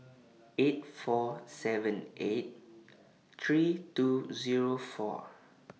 eight four seven eight three two Zero four